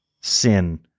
sin